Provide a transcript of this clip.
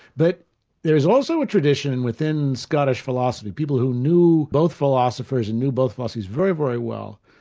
but there is also a tradition and within scottish philosophy, people who knew both philosophers and knew both philosophies very very well,